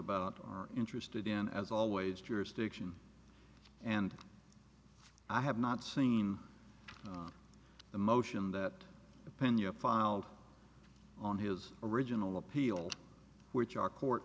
about are interested in as always jurisdiction and i have not seen the motion that opinion filed on his original appeal which our court